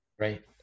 Right